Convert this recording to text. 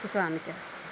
किसानके